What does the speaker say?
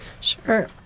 Sure